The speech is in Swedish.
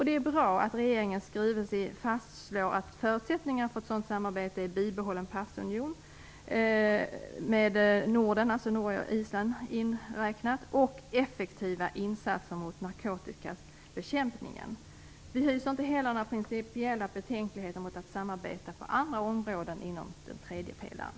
Det är bra att det i regeringens skrivelse fastslås att förutsättningen för Schengensamarbetet är bibehållen passunion i Norden, Norge och Island inbegripna, och effektiva insatser mot narkotikabekämpningen. Vi hyser heller inga principiella betänkligheter mot att samarbeta på andra områden inom ramen för tredje pelaren.